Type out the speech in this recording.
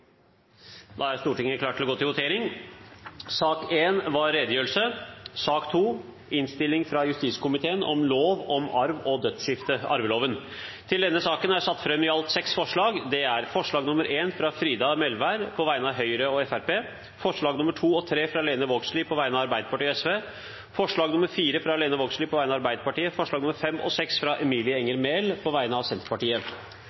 Da er Stortinget klar til å gå til votering. Sak nr. 1 var utenriksministerens redegjørelse. Den er allerede vedtatt lagt ut for behandling i et senere møte. Under debatten er det satt fram i alt seks forslag. Det er forslag nr. 1, fra Frida Melvær på vegne av Høyre og Fremskrittspartiet forslagene nr. 2 og 3, fra Lene Vågslid på vegne av Arbeiderpartiet og Sosialistisk Venstreparti forslag nr. 4, fra Lene Vågslid på vegne av Arbeiderpartiet forslagene nr. 5 og 6, fra Emilie